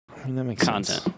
content